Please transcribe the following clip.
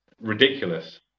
ridiculous